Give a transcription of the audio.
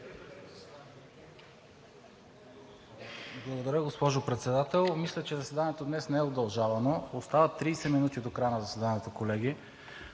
Благодаря, госпожо Председател. Мисля, че заседанието днес не е удължавано. Остават 30 минути до края на заседанието, колеги.